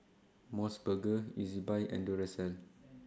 Mos Burger Ezbuy and Duracell